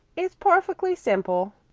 it's perfectly simple,